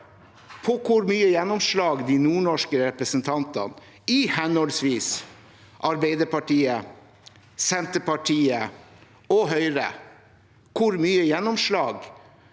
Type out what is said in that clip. på hvor stort gjennomslag de nordnorske representantene har i henholdsvis Arbeiderpartiet, Senterpartiet og Høyre, hvor mye gjennomslag